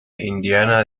indiana